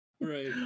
right